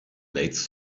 blades